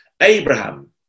abraham